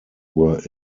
were